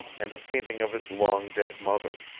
and a painting of his long-dead mother.